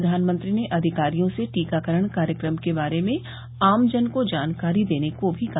प्रधानमंत्री ने अधिकारियों से टीकाकरण कार्यक्रम के बारे में आमजन को जानकारी देने को भी कहा